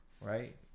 right